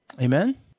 Amen